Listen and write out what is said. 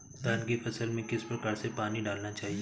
धान की फसल में किस प्रकार से पानी डालना चाहिए?